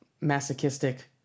masochistic